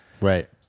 right